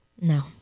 no